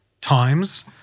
times